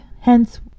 hence